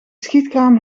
schietkraam